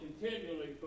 continually